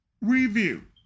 review